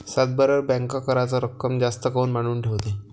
सातबाऱ्यावर बँक कराच रक्कम जास्त काऊन मांडून ठेवते?